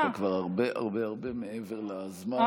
אתה כבר הרבה הרבה הרבה מעבר לזמן.